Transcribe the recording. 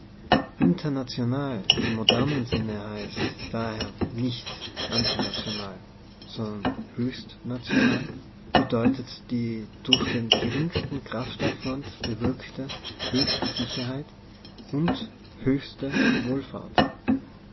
international im modernen sinne heißt daher nicht antinational sondern höchstnational be deutet die durch den geringsten kraftaufwand bewirkte höchste sicherheit und höchste wohlfahrt